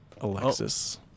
alexis